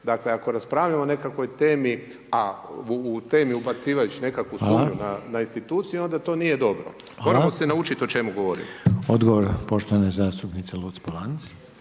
Dakle ako raspravljamo o nekakvoj temi a u temu ubacujući sumnju na institucije onda to nije dobro. Moramo se naučiti o čemu govorimo. **Reiner, Željko (HDZ)** Odgovor poštovana zastupnica Luc-Polanc.